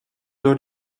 door